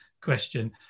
question